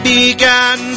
began